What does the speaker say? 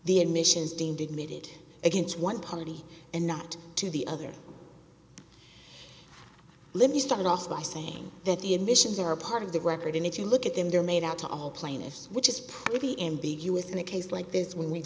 the admissions demanded needed against one party and not to the other let me start off by saying that the admissions are part of the record and if you look at them they're made out to all plaintiffs which is pretty ambiguous in a case like this w